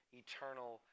eternal